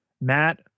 Matt